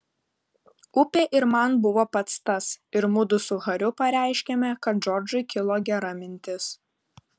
upė ir man buvo pats tas ir mudu su hariu pareiškėme kad džordžui kilo gera mintis